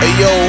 Ayo